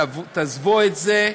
תעזבו את זה.